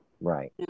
Right